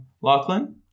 Lachlan